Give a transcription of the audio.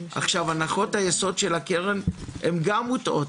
הנחות היסוד של הקרן הן גם מוטעות.